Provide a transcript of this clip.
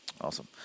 awesome